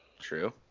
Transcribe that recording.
True